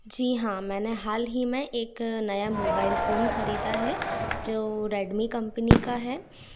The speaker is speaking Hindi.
जी हाँ मैंने हाल ही में एक नया मोबाइल फ़ोन खरीदा है जो रेडमी कंपनी का है